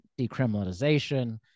decriminalization